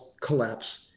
collapse